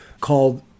called